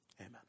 Amen